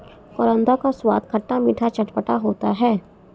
करौंदा का स्वाद खट्टा मीठा चटपटा होता है